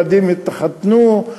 הילדים התחתנו,